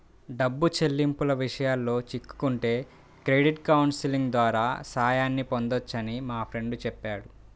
డబ్బు చెల్లింపుల విషయాల్లో చిక్కుకుంటే క్రెడిట్ కౌన్సిలింగ్ ద్వారా సాయాన్ని పొందొచ్చని మా ఫ్రెండు చెప్పాడు